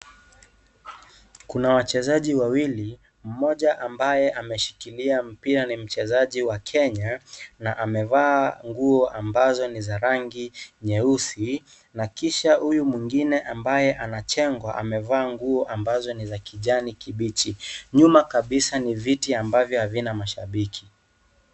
Kuna wachezaji wawili. Mmoja ambaye ameshikilia mpira ni mchezaji wa Kenya na amevaa nguo ambazo ni za rangi nyeusi na kisha huyu mwingine, ambaye anachengwa, amevaa nguo ambazo ni za kijani kibichi. Nyuma kabisa, kuna viti ambavyo havina mashabiki.